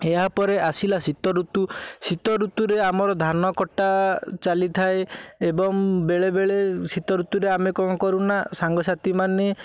ଏହାପରେ ଆସିଲା ଶୀତଋତୁ ଶୀତଋତୁରେ ଆମର ଧାନକଟା ଚାଲିଥାଏ ଏବଂ ବେଳେବେଳେ ଶୀତଋତୁରେ ଆମେ କ'ଣ କରୁନା ସାଙ୍ଗସାଥୀ ମାନେ